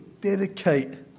dedicate